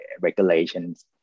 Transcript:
regulations